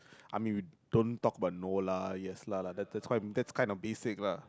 I mean we don't talk about no lah yes lah that's quite that's kinda basic lah